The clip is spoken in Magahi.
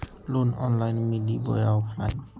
लोन ऑनलाइन मिली बोया ऑफलाइन?